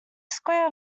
square